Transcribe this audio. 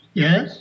yes